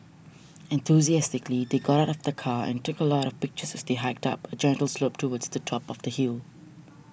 enthusiastically they got out of the car and took a lot of pictures as they hiked up a gentle slope towards the top of the hill